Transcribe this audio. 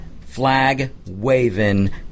flag-waving